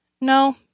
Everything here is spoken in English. no